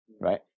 right